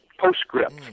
PostScript